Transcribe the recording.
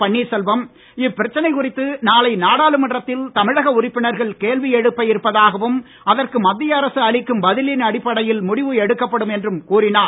பன்னீர்செல்வம் இப்பிரச்சனை குறித்து நாளை நாடாளுமன்றத்தில் தமிழக உறுப்பினர்கள் கேள்வி எழுப்ப இருப்பதாகவும் அதற்கு மத்திய அரசு அளிக்கும் பதிலின் அடிப்படையில் முடிவு எடுக்கப்படும் என்றும் கூறினார்